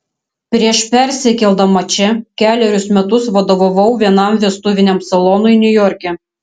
prieš persikeldama čia kelerius metus vadovavau vienam vestuviniam salonui niujorke